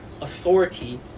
authority